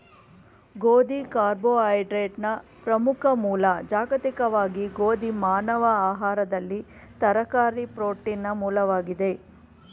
ಗೋಧಿ ಕಾರ್ಬೋಹೈಡ್ರೇಟ್ನ ಪ್ರಮುಖ ಮೂಲ ಜಾಗತಿಕವಾಗಿ ಗೋಧಿ ಮಾನವ ಆಹಾರದಲ್ಲಿ ತರಕಾರಿ ಪ್ರೋಟೀನ್ನ ಮೂಲವಾಗಿದೆ